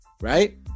right